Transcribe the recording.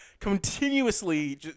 continuously